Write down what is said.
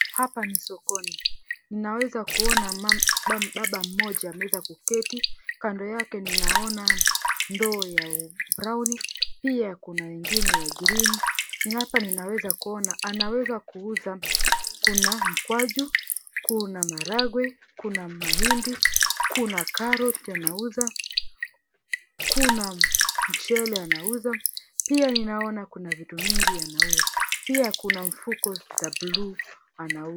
Hapa ni sokoni. Ninaweza kuona baba mmoja ameweza kuketi. Kando yake ninaona ndoo ya brown . Pia kuna ingine ya green . Hapa ninaona anaweza kuuza kuna mkwaju, kuna maharagwe, kuna mahindi, kuna karoti anauza, kuna mchele anauza, pia ninaona kuna vitu mingi anauza. Pia ninaona kuna mifuko za buluu anauza.